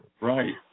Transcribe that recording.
Right